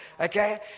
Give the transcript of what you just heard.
okay